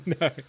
No